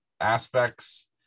aspects